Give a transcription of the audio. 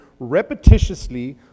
repetitiously